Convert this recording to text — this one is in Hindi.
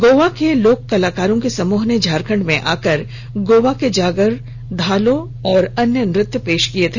गोवा के लोक कलाकारों के समूह ने झारखंड में आकर गोवा के जागर धालो और अन्य नृत्य पेश किये हैं